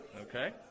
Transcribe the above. Okay